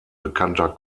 bekannter